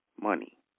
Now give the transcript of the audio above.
money